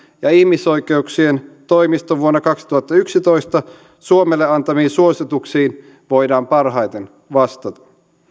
ja ihmisoikeuksien toimiston vuonna kaksituhattayksitoista suomelle antamiin suosituksiin voidaan parhaiten vastata